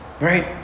Right